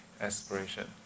aspiration